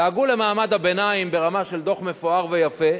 דאגו למעמד הביניים ברמה של דוח מפואר ויפה,